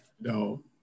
No